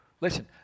Listen